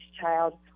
child